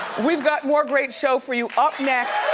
we've got more great show for you. up next